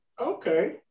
Okay